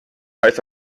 heißt